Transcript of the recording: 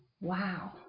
wow